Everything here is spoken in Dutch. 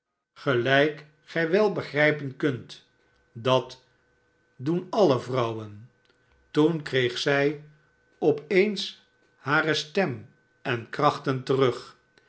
gelijk gij wel begrijpen kunt dat barnaby rudge doen alle vrouwen toen kreeg zij op eens hare stem en krachten terug